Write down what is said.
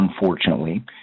Unfortunately